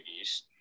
East